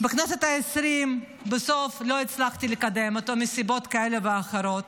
בכנסת העשרים בסוף לא הצלחתי לקדם אותו מסיבות כאלה ואחרות.